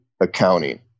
accounting